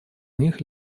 них